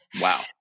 Wow